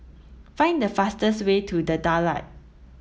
find the fastest way to The Daulat